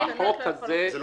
פה שום